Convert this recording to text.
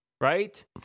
right